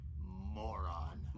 Moron